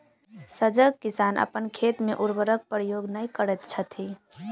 सजग किसान अपन खेत मे उर्वरकक प्रयोग नै करैत छथि